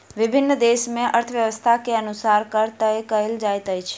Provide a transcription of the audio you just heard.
विभिन्न देस मे अर्थव्यवस्था के अनुसार कर तय कयल जाइत अछि